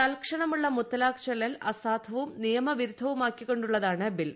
തൽക്ഷണമുള്ള മുത്തലാഖ് ചൊല്പൽ അസാധുവും നിയമവിരുദ്ധവുമാക്കിക്കൊണ്ടുള്ളതാണ് ബിൽ